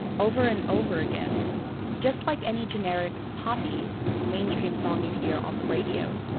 over and over again just like any generic, poppy mainstream song you'd hear on the radio.